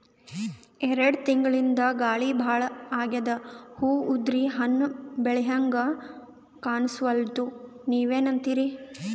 ಎರೆಡ್ ತಿಂಗಳಿಂದ ಗಾಳಿ ಭಾಳ ಆಗ್ಯಾದ, ಹೂವ ಉದ್ರಿ ಹಣ್ಣ ಬೆಳಿಹಂಗ ಕಾಣಸ್ವಲ್ತು, ನೀವೆನಂತಿರಿ?